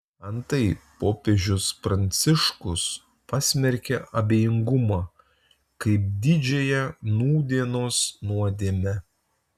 antai popiežius pranciškus pasmerkė abejingumą kaip didžiąją nūdienos nuodėmę